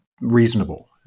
reasonable